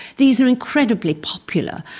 these are incredibly popular.